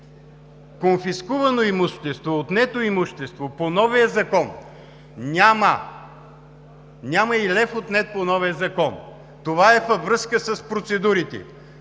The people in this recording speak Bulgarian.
конфискувано имущество, отнето имущество по новия закон няма, няма и лев отнет по новия закон. Това е във връзка с процедурите.